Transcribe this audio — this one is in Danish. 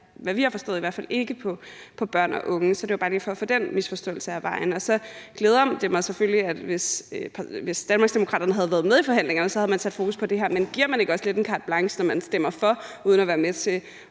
i hvert fald ikke på børn af unge. Det var bare for lige at få den misforståelse af vejen Så glæder det mig selvfølgelig, at Danmarksdemokraterne, hvis de havde været med i forhandlingerne, havde sat fokus på det her, men giver man ikke også lidt carte blanche, når man stemmer for uden at være med til